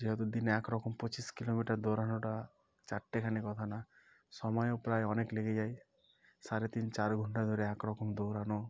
যেহেতু দিনে একরকম পঁচিশ কিলোমিটার দৌড়ানোটা চারটেখানি কথা না সময়ও প্রায় অনেক লেগে যায় সাড়ে তিন চার ঘণ্টা ধরে একরকম দৌড়ানো